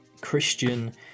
Christian